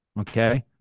Okay